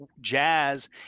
jazz